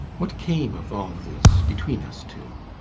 what came of all this between us two.